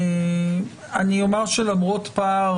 למרות פער